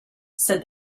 said